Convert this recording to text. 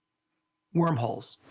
wormholes.